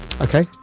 Okay